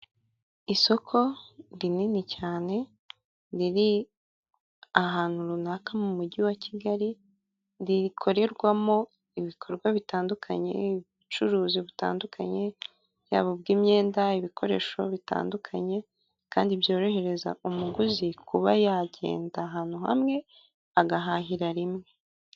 Isoko rinini cyane riri ahantu runaka mu mujyi wa Kigali rikorerwamo ibikorwa bitandukanye, ubucuruzi bitandukanye yaba ubw'imyenda ibikoresho bitandukanye kandi byorohereza umuguzi kuba yagenda ahantu hamwe agahahira rimwe.